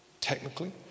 Technically